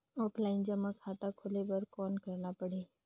Offline जमा खाता खोले बर कौन करना पड़ही?